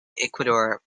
ecuador